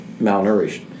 malnourished